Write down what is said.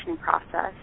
process